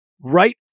right